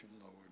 Lord